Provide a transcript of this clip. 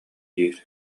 диир